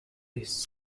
east